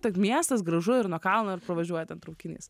tad miestas gražu ir nuo kalno ir pravažiuoja ten traukinys